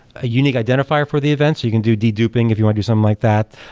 a unique identifier for the event, so you can do deduping if you want do something like that.